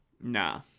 Nah